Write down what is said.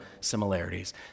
similarities